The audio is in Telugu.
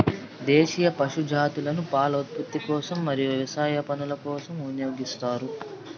దేశీయ పశు జాతులను పాల ఉత్పత్తి కోసం మరియు వ్యవసాయ పనుల కోసం వినియోగిస్తారు